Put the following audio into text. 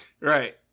Right